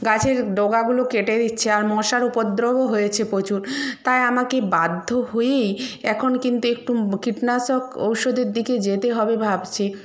গাছের ডগাগুলো কেটে দিচ্ছে আর মশার উপদ্রবও হয়েছে প্রচুর তাই আমাকে বাধ্য হয়েই এখন কিন্তু একটু কীটনাশক ঔষধের দিকে যেতে হবে ভাবছি